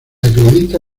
acredita